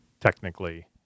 technically